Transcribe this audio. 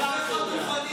ישר בורח.